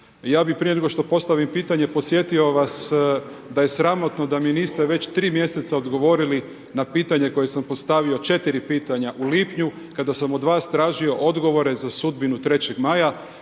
ja bi prije nego što postavim pitanje, podsjetio vas da je sramotno da mi niste već 3 mj. odgovorili na pitanje koje sam postavio, 4 pitanja u lipnju, kada sam od vas tražio odgovore za sudbinu Trećeg maja